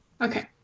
Okay